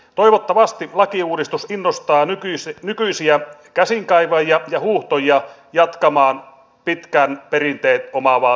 toivottavasti lakiuudistus innostaa nykyisiä käsinkaivajia ja huuhtojia jatkamaan pitkän perinteen omaavaa työtään